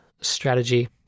strategy